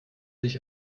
sich